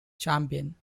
champion